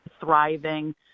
thriving